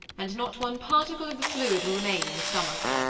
and not one particle of the fluid will remain in the stomach.